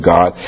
God